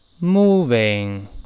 moving